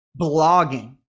blogging